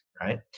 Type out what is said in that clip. right